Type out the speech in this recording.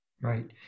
Right